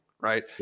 right